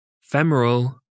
femoral